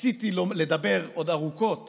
רציתי לדבר עוד ארוכות